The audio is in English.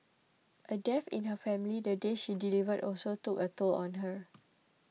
a death in her family the day she delivered also took a toll on her